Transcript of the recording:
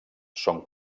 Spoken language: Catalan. són